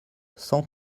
cent